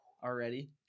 Already